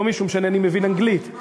לא משום שאינני מבין אנגלית.